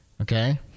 Okay